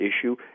issue